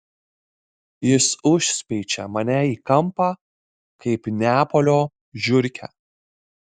jis užspeičia mane į kampą kaip neapolio žiurkę